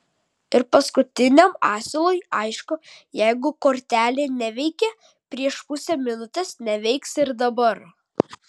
ir paskutiniam asilui aišku jeigu kortelė neveikė prieš pusę minutės neveiks ir dabar